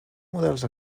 models